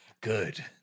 Good